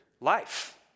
life